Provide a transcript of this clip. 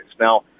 Now